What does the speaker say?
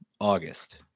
August